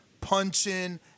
punching